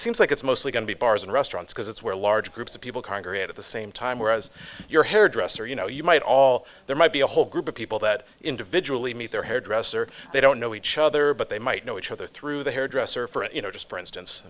seems like it's mostly going to be bars and restaurants because it's where large groups of people congregate at the same time whereas your hairdresser you know you might all there might be a whole group of people that individually meet their hairdresser they don't know each other but they might know each other through the hairdresser for a you know just for instance